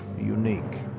unique